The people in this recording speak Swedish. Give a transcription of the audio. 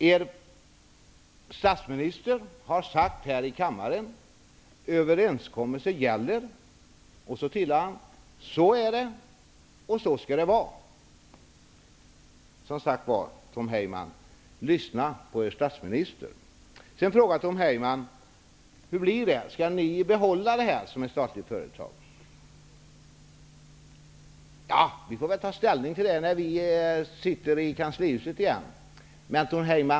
Er statsminister har sagt här i kammaren: ''Överenskommelsen gäller.'' Så tillade han: ''Så är det, och så skall det vara.'' Lyssna på er statsminister, Tom Heyman. Sedan frågar Tom Heyman hur det skall bli, om vi skall behålla dessa som statliga företag. Ja, vi får väl ta ställning till det när vi sitter i kanslihuset igen.